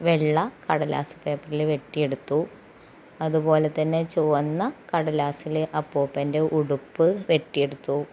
വെള്ള കടലാസ് പേപ്പറില് വെട്ടി എടുത്തു അതുപോലെ തന്നെ ചുവന്ന കടലാസിലെ അപ്പൂപ്പൻ്റെ ഉടുപ്പ് വെട്ടി എടുത്തു